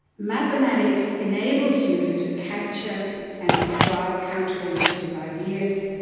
mathematics enables you to capture and describe counterintuitive ideas.